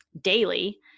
daily